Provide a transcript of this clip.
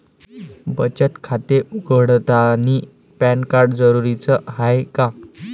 बचत खाते उघडतानी पॅन कार्ड जरुरीच हाय का?